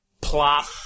Plop